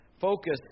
Focus